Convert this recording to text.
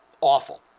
awful